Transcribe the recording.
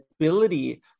ability